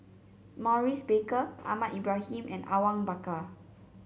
Maurice Baker Ahmad Ibrahim and Awang Bakar